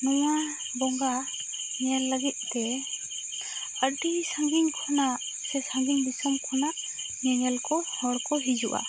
ᱱᱚᱣᱟ ᱵᱚᱸᱜᱟ ᱧᱮᱞ ᱞᱟᱹᱜᱤᱫ ᱛᱮ ᱟᱹᱰᱤ ᱥᱟᱺᱜᱤᱧ ᱠᱷᱚᱱᱟᱜ ᱥᱮ ᱥᱟᱺᱜᱤᱧ ᱫᱤᱥᱚᱢ ᱠᱷᱚᱱᱟᱜ ᱧᱮᱧᱮᱞ ᱠᱚ ᱦᱚᱲ ᱠᱚ ᱦᱤᱡᱩᱜᱼᱟ